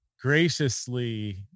graciously